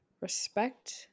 Respect